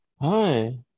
Hi